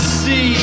see